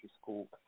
school